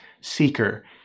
seeker